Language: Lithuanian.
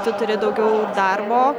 tu turi daugiau darbo